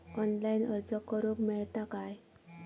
Online अर्ज करूक मेलता काय?